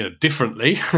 differently